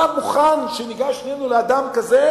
אתה מוכן שניגש שנינו לאדם כזה,